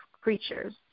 creatures